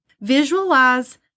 Visualize